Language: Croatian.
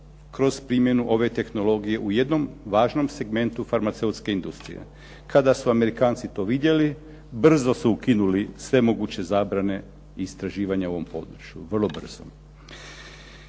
kroz primjenu ove tehnologije u jednom važnom segmentu farmaceutske industrije. Kada su Amerikanci to vidjeli brzo su ukinuli sve moguće zabrane i istraživanja u ovom području, vrlo brzo.